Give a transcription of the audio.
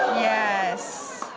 yes.